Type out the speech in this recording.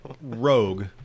Rogue